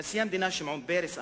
נשיא המדינה שמעון פרס אמר: